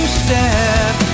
step